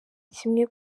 kimwe